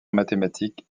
mathématiques